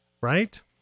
right